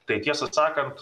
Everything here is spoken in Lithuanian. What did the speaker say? tai tiesą sakant